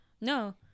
no